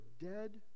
dead